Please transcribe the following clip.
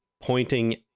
pointing